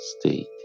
state